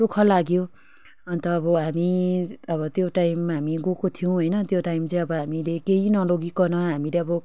दुःख लाग्यो अन्त अब हामी अब त्यो टाइममा हामी गएको थियौँ होइन त्यो टाइम चाहिँ अब हामीले केही नलगीकन हामीले अब